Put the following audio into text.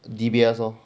D_B_S lor